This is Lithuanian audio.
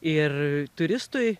ir turistui